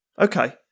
Okay